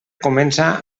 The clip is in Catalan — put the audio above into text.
comença